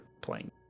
playing